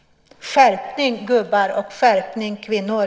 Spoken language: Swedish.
Skärpning gubbar och skärpning kvinnor!